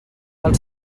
del